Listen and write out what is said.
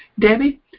Debbie